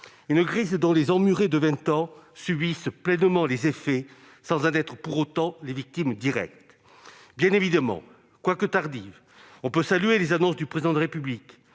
une crise dont les emmurés de vingt ans subissent pleinement les effets sans en être pour autant les victimes directes. Bien évidemment, on peut saluer les annonces du Président de la République,